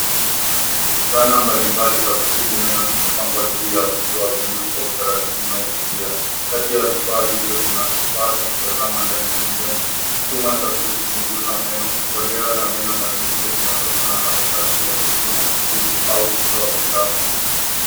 Zana mbalimbali za kutibu meno zimepangwa uso wa buluu kwa utaratibu wa kuvutia. Kati ya vifaa hivyo kuna kifaa cha kutazama ndani ya mdomo, chuma cha kuchunguza meno, koleo la meno na zingine zinazofanana kwa kazi ya kupima, kutibu au kutoa uchafu.